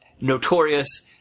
notorious